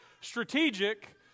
strategic